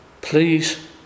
Please